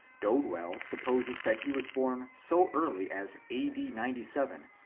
dodwell sup poses that he was born so early as a d. ninety seven,